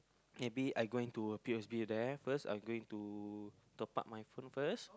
maybe I going to p_s_b there first I going to top up my phone first